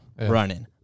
running